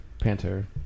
Panther